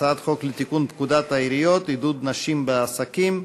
הצעת חוק לתיקון פקודת העיריות (עידוד נשים בעסקים),